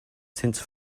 since